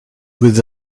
with